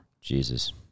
Jesus